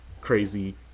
crazy